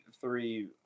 three